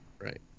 Right